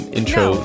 intro